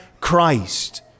Christ